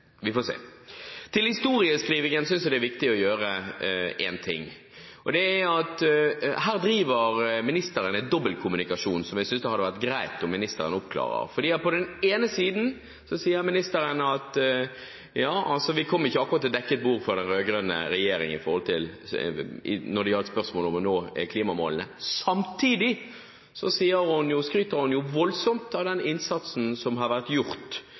vi får se. Til historieskrivingen synes jeg det er viktig å si fra om én ting, og det er at ministeren driver en dobbeltkommunikasjon, som jeg synes det hadde vært greit at hun oppklarer. På den ene siden sier ministeren at vi kom ikke akkurat til dekket bord etter den rød-grønne regjeringen når det gjelder spørsmålet om å nå klimamålene, på den andre siden skryter hun voldsomt av den innsatsen som har vært gjort